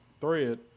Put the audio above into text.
thread